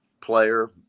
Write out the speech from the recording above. player